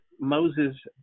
Moses